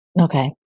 Okay